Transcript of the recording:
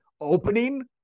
opening